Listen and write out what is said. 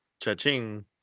Cha-ching